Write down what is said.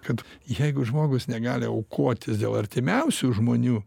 kad jeigu žmogus negali aukotis dėl artimiausių žmonių